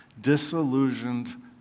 disillusioned